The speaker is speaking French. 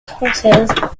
française